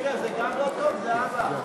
לא טוב, זהבה?